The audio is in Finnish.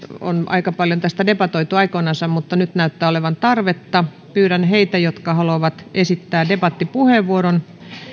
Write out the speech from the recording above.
on aika paljon tästä debatoitu aikoinansa mutta nyt näyttää olevan tarvetta pyydän heitä jotka haluavat esittää debattipuheenvuoron